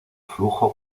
flujo